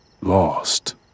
lost